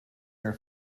your